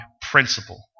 principle